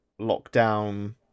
lockdown